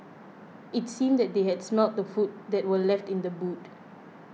it seemed that they had smelt the food that were left in the boot